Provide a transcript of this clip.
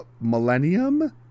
Millennium